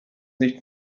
nicht